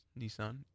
Nissan